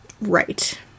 Right